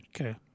Okay